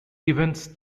events